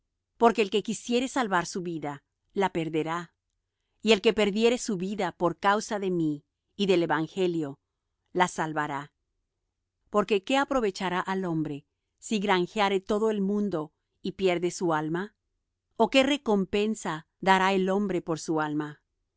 porque el que quisiere salvar su vida la perderá y el que perdiere su vida por causa de mí y del evangelio la salvará porque qué aprovechará al hombre si granjeare todo el mundo y pierde su alma o qué recompensa dará el hombre por su alma